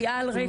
פגיעה על רקע